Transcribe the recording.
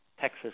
Texas